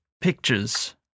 pictures